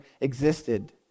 existed